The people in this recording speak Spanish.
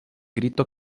grito